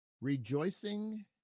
Rejoicing